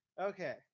Okay